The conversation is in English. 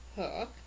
hook